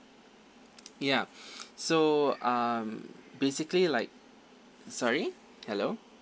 ya so um basically like sorry hello